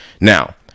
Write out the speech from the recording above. Now